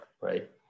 right